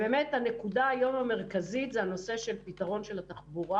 באמת היום הבעיה המרכזית היא נושא פתרון תחבורה.